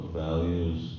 values